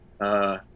uh-